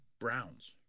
Browns